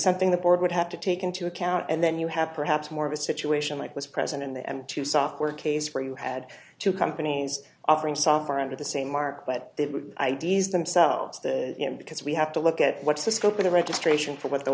something the board would have to take into account and then you have perhaps more of a situation like was present in the mtu software case where you had two companies offering software under the same mark but it would i d s themselves you know because we have to look at what's the scope of the registration for what the